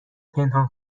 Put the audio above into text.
پنهان